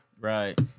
Right